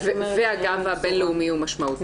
והגב הבין לאומי הוא משמעותי.